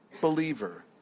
believer